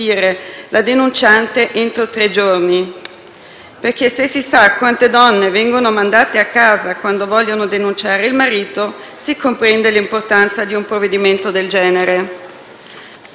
giorni. Se si sa quante donne vengono mandate a casa quando vogliono denunciare il marito, si comprende l'importanza di un provvedimento del genere. Nonostante tutto, i dati non sono incoraggianti.